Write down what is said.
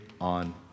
on